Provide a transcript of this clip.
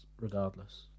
regardless